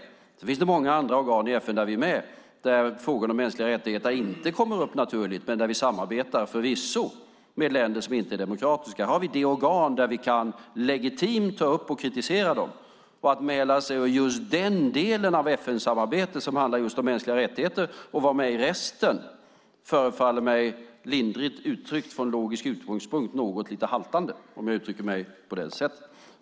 Sedan finns det många andra organ i FN som vi är med i där frågan om de mänskliga rättigheterna inte kommer upp naturligt, men där vi förvisso samarbetar med länder som inte är demokratiska. Här har vi ett organ där vi legitimt kan ta upp och kritisera dem. Att mäla sig ur just den delen av FN-samarbetet som handlar om mänskliga rättigheter och vara med i resten förefaller mig från en logisk utgångspunkt, lindrigt uttryckt, något lite haltande.